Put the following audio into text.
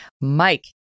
mike